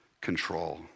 control